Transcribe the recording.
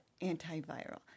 antiviral